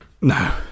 No